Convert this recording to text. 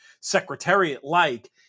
secretariat-like